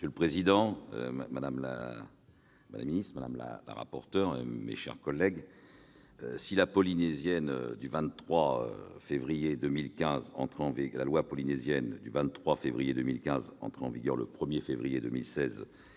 Monsieur le président, madame la ministre, madame la rapporteur, mes chers collègues, si la loi polynésienne du 23 février 2015, entrée en vigueur le 1 février 2016,